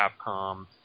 Capcom